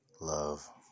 love